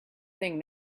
thing